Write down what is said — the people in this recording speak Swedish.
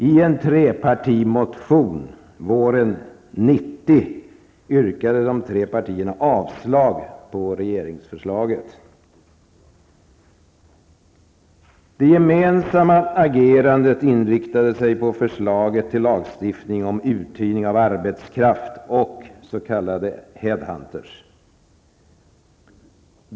I en trepartimotion våren 1990 Det gemensamma agerandet var inriktat på förslaget till lagstiftning om uthyrning av arbetskraft och s.k. head hunters.